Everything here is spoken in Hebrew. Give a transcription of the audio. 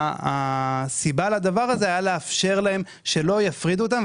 הסיבה לכך היא לאפשר להם שלא יפרידו אותם,